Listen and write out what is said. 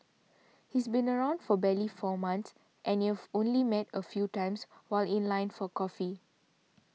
he's been around for barely four months and you've only met a few times while in line for coffee